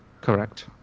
Correct